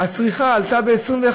הצריכה עלתה ב-21%.